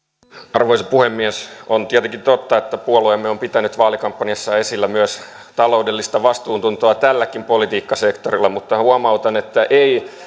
arvoisa puhemies on tietenkin totta että puolueemme on pitänyt vaalikampanjassa esillä myös taloudellista vastuuntuntoa tälläkin politiikkasektorilla mutta huomautan että ei